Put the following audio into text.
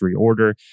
reorder